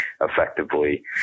effectively